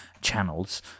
channels